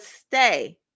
stay